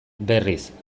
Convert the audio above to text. berriz